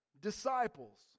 disciples